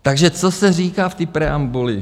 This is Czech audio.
Takže co se říká v té preambuli?